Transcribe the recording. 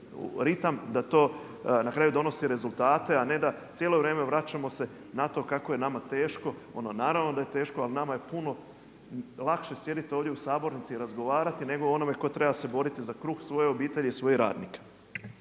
da to na kraju donosi rezultate, a ne da cijelo vrijeme vraćamo se na to kako je nama teško. Naravno da je teško ali nama je puno lakše sjediti ovdje u sabornici i razgovarati nego onome tko treba se boriti za kruh svoje obitelji i svojih radnika.